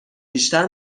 بیشتر